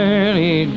early